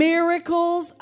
Miracles